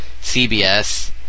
CBS